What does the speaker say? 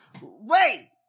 Wait